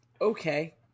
Okay